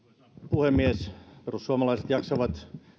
puhemies perussuomalaiset jaksavat